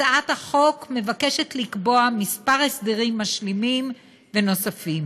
הצעת החוק מבקשת לקבוע כמה הסדרים משלימים ונוספים: